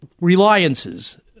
reliances